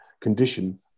condition